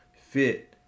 fit